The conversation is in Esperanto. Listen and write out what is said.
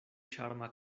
ĉarma